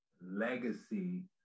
legacy